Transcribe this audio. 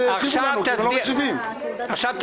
אני לא מאמין שליצמן עשה את זה.